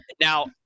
now